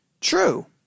true